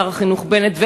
שר החינוך בנט,